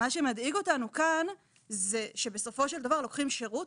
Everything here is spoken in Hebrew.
מה שמדאיג אותנו כאן זה שבסופו של דבר לוקחים שירות